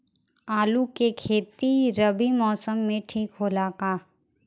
आलू के खेती रबी मौसम में ठीक होला का?